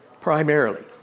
primarily